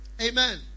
Amen